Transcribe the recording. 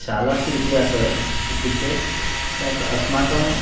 शालासु इतिहास इत्युक्ते तत् अस्माकम्